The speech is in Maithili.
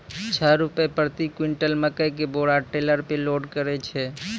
छह रु प्रति क्विंटल मकई के बोरा टेलर पे लोड करे छैय?